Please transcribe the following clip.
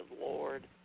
Lord